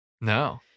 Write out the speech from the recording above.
No